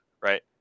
right